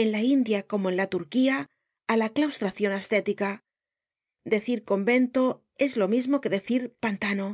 en la india como en la turquía á la claustracion ascética decir convento es lo mismo que decir pantano